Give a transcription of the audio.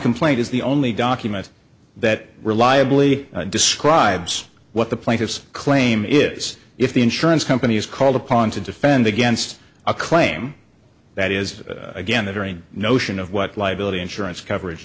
complaint is the only document that reliably describes what the plaintiff's claim is if the insurance company is called upon to defend against a claim that is again the very notion of what liability insurance coverage